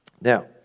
Now